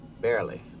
Barely